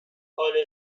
گالری